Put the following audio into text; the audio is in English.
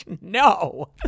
No